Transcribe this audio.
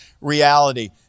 reality